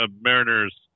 Mariners